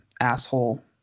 asshole